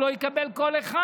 הוא לא יקבל קול אחד.